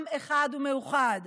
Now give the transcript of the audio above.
עם אחד ומאוחד.